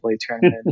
tournament